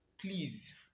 please